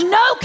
no